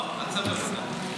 אל תסבך אותנו.